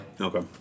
Okay